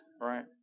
right